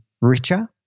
richer